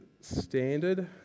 Standard